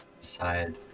side